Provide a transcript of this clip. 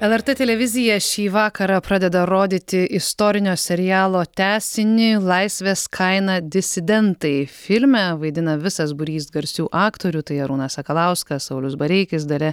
lrt televizija šį vakarą pradeda rodyti istorinio serialo tęsinį laisvės kaina disidentai filme vaidina visas būrys garsių aktorių tai arūnas sakalauskas saulius bareikis dalia